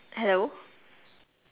hello